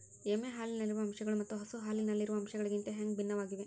ಎಮ್ಮೆ ಹಾಲಿನಲ್ಲಿರುವ ಅಂಶಗಳು ಮತ್ತ ಹಸು ಹಾಲಿನಲ್ಲಿರುವ ಅಂಶಗಳಿಗಿಂತ ಹ್ಯಾಂಗ ಭಿನ್ನವಾಗಿವೆ?